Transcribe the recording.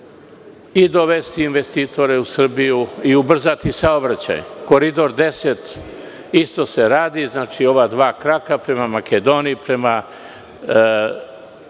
dovesti investitore u Srbiju i ubrzati saobraćaj. Koridor 10 isto se radi znači ova dva kraka prema Makedoniji, prema